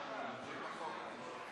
עד שלוש דקות.